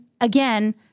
again